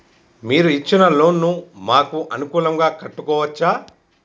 మీరు ఇచ్చిన లోన్ ను మాకు అనుకూలంగా కట్టుకోవచ్చా?